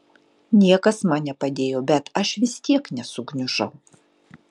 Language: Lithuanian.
niekas man nepadėjo bet aš vis tiek nesugniužau